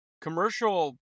commercial